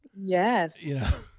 Yes